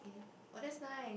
oh that is nice